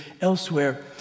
elsewhere